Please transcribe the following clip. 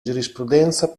giurisprudenza